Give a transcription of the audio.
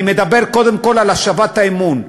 אני מדבר קודם כול על השבת האמון,